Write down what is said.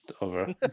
Over